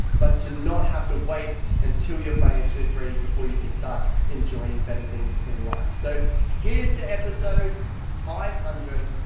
but to not have to wait and until you're financially free before you can start enjoying better things in life. so here's to episode five hundred.